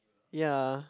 ya